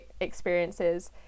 experiences